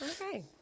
Okay